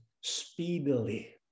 speedily